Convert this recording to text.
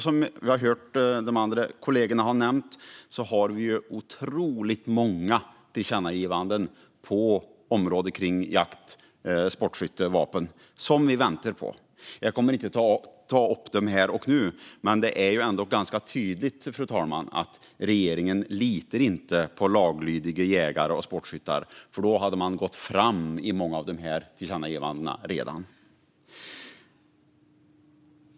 Som kollegorna har nämnt har vi otroligt många tillkännagivanden på jakt-, sportskytte och vapenområdet som vi väntar på, men jag kommer inte att ta upp dem här och nu. Det är dock ganska tydligt att regeringen inte litar på laglydiga jägare och sportskyttar, för gjorde man det hade man redan gått fram i många av dessa tillkännagivanden.